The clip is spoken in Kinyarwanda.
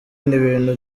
ibintu